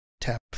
tap